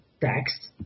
text